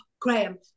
Graham